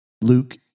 Luke